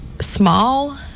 small